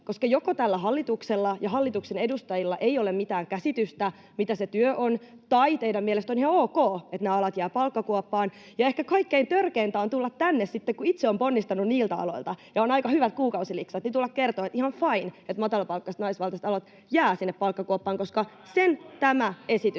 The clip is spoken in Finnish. koska joko tällä hallituksella ja hallituksen edustajilla ei ole mitään käsitystä siitä, mitä se työ on, tai teidän mielestänne on ihan ok, että nämä alat jäävät palkkakuoppaan. Ja ehkä kaikkein törkeintä on tulla tänne sitten kertomaan, kun itse on ponnistanut niiltä aloilta ja on aika hyvät kuukausiliksat, että ihan fine, että matalapalkkaiset naisvaltaiset alat jäävät sinne palkkakuoppaan, [Miko Bergbom: Kuka